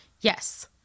Yes